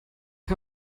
hör